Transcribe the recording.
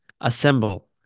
assemble